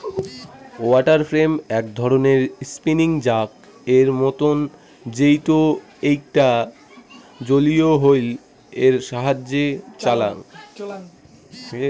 water frame এক ধরণের spinning jack এর মতন যেইটো এইকটা জলীয় হুইল এর সাহায্যে চলাং